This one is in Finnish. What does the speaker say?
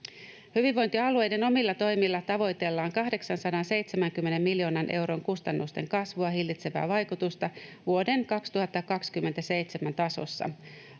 Hyvinvointialueiden omilla toimilla tavoitellaan 870 miljoonan euron kustannusten kasvua hillitsevää vaikutusta vuoden 2027 tasossa.